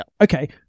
Okay